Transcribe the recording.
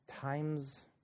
times